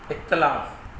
इख़्तिलाफ़ु